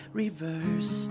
reverse